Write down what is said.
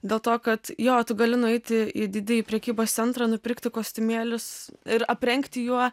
dėl to kad jo tu gali nueiti į didįjį prekybos centrą nupirkti kostiumėlius ir aprengti juo